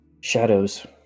Shadows